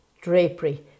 drapery